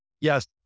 Yes